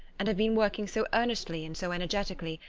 and have been working so earnestly and so energetically,